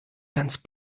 ganz